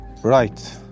right